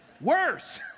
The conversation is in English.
Worse